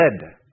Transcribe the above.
dead